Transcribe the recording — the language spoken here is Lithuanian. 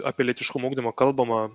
apie lytiškumo ugdymą kalbama